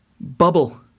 bubble